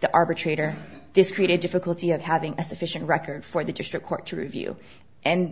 the arbitrator this created difficulty of having a sufficient record for the district court to review and